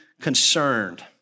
concerned